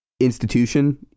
institution